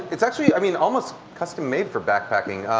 it's actually i mean almost custom made for backpacking.